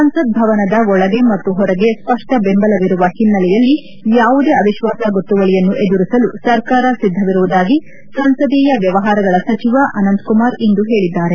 ಸಂಸತ್ ಭವನದ ಒಳಗೆ ಮತ್ತು ಹೊರಗೆ ಸ್ಪಷ್ಟ ಬೆಂಬಲವಿರುವ ಹಿನ್ನೆಲೆಯಲ್ಲಿ ಯಾವುದೇ ಅವಿಶ್ವಾಸ ಗೊತ್ತುವಳಿಯನ್ನು ಎದುರಿಸಲು ಸರ್ಕಾರ ಸಿದ್ದವಿರುವುದಾಗಿ ಸಂಸದೀಯ ವ್ಲವಹಾರಗಳ ಸಚಿವ ಅನಂತಕುಮಾರ್ ಇಂದು ಹೇಳಿದ್ದಾರೆ